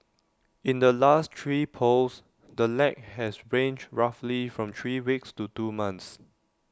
in the last three polls the lag has ranged roughly from three weeks to two months